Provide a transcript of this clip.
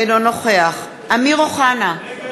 אינו נוכח אמיר אוחנה,